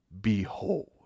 behold